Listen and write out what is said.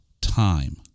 time